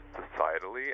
societally